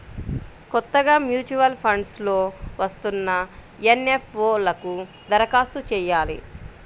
కొత్తగా mutual funds లో వస్తున్న ఎన్.ఎఫ్.ఓ లకు దరఖాస్తు చెయ్యాలి